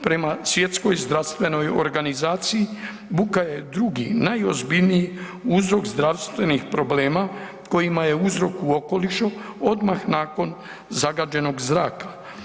Prema Svjetskoj zdravstvenoj organizaciji buka je drugi najozbiljniji uzrok zdravstvenih problema kojima je uzrok u okolišu odmah nakon zagađenog zraka.